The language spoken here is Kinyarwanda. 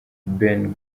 ben